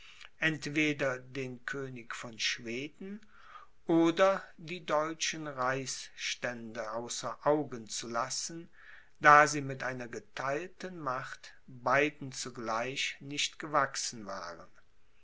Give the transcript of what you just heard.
entweder den könig von schweden oder die deutschen reichsstände außer augen zu lassen da sie mit einer getheilten macht beiden zugleich nicht gewachsen waren